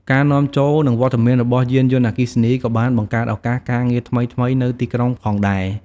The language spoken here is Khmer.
ការនាំចូល និងវត្តមានរបស់យានយន្តអគ្គីសនី ក៏បានបង្កើតឱកាសការងារថ្មីៗនៅទីក្រុងផងដែរ។